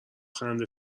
خنده